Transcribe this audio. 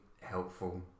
helpful